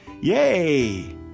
Yay